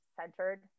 centered